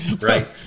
right